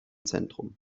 zentrum